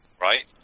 right